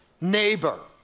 neighbor